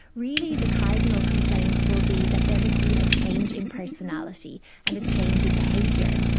really the cardinal complaints will be that there has been a change in personality and a change in behaviour.